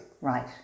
Right